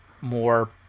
more